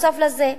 בנוסף לזה,